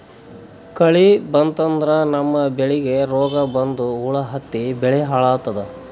ಕಳಿ ಬಂತಂದ್ರ ನಮ್ಮ್ ಬೆಳಿಗ್ ರೋಗ್ ಬಂದು ಹುಳಾ ಹತ್ತಿ ಬೆಳಿ ಹಾಳಾತದ್